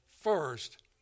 first